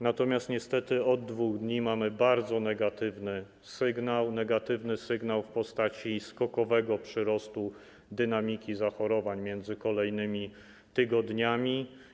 Natomiast niestety od 2 dni mamy bardzo negatywny sygnał w postaci skokowego przyrostu dynamiki zachorowań między kolejnymi tygodniami.